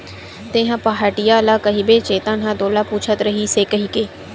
तेंहा पहाटिया ल कहिबे चेतन ह तोला पूछत रहिस हे कहिके